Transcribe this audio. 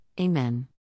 Amen